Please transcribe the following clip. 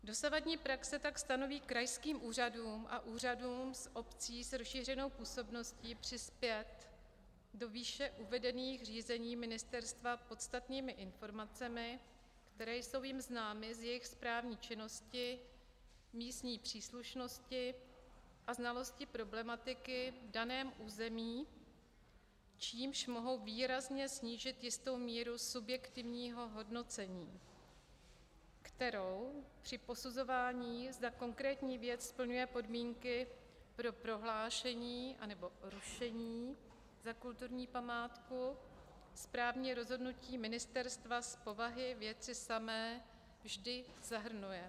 Dosavadní praxe tak stanoví krajským úřadům a úřadům obcí s rozšířenou působností přispět do výše uvedených řízení ministerstva podstatnými informacemi, které jsou jim známy z jejich správní činnosti, místní příslušnosti a znalosti problematiky v daném území, čímž mohou výrazně snížit jistou míru subjektivního hodnocení, kterou při posuzování, zda konkrétní věc splňuje podmínky pro prohlášení nebo porušení za kulturní památku, správní rozhodnutí ministerstva z povahy věci samé vždy zahrnuje.